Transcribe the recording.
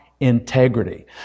integrity